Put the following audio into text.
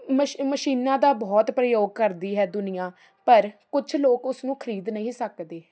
ਮਸ਼ ਮਸ਼ੀਨਾਂ ਦਾ ਬਹੁਤ ਪ੍ਰਯੋਗ ਕਰਦੀ ਹੈ ਦੁਨੀਆ ਪਰ ਕੁਝ ਲੋਕ ਉਸਨੂੰ ਖਰੀਦ ਨਹੀਂ ਸਕਦੇ